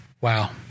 Wow